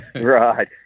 Right